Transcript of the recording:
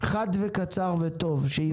חד, קצר וטוב, שיירשם.